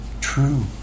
true